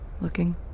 looking